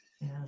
Yes